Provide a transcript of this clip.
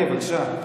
בבקשה.